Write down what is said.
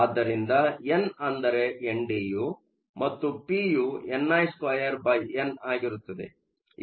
ಆದ್ದರಿಂದ ಎನ್ ಅಂದರೆ N D ಮತ್ತು ಪಿಯು ni2n ಆಗಿರುತ್ತದೆ